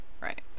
Right